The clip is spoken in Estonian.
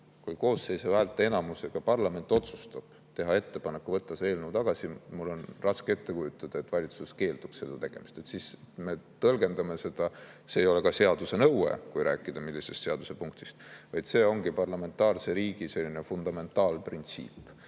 koosseisu häälteenamusega otsustaks teha ettepaneku võtta see eelnõu tagasi, siis mul on raske ette kujutada, et valitsus keelduks seda tegemast. Me tõlgendame seda – see ei ole ka seaduse nõue, kui rääkida mingisugusest seaduse punktist –, et see ongi parlamentaarse riigi fundamentaalprintsiip